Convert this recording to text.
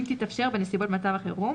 אם תתאפשר בנסיבות מצב החירום,